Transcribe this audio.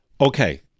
Okay